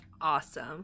awesome